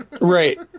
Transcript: Right